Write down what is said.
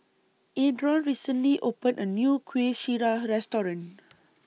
Adron recently opened A New Kueh Syara Restaurant